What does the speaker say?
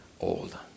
old